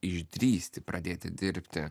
išdrįsti pradėti dirbti